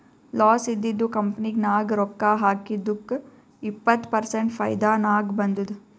loss ಇದ್ದಿದು company ನಾಗ್ ರೊಕ್ಕಾ ಹಾಕಿದ್ದುಕ್ ಇಪ್ಪತ್ ಪರ್ಸೆಂಟ್ ಫೈದಾ ನಾಗ್ ಬಂದುದ್